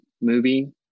movie